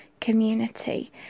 community